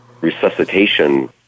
resuscitation